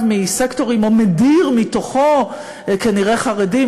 מסקטורים או מדיר מתוכו כנראה חרדים,